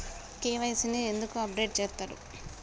KYC ని ఎందుకు update చేత్తరు?